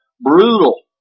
brutal